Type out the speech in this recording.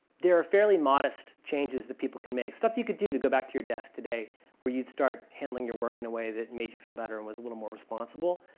there are fairly modest changes that people can make. stuff that you can do, to go back to your desk today where you'd start handling your work in a way that made you feel better and was a little more responsible,